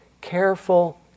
careful